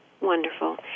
Wonderful